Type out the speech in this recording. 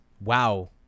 wow